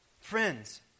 Friends